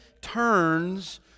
turns